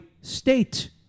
State